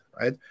right